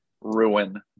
ruin